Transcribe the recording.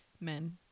Men